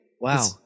Wow